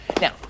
Now